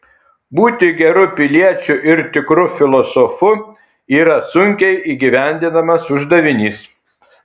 būti geru piliečiu ir tikru filosofu yra sunkiai įgyvendinamas uždavinys